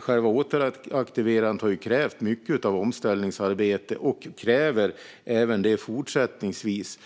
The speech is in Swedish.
Själva återaktiveringen har krävt mycket av omställningsarbete och kräver det även fortsättningsvis.